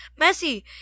Messi